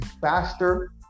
faster